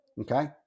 Okay